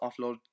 offload